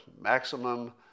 maximum